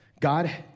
God